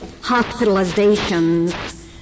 hospitalizations